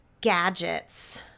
gadgets